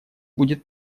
будет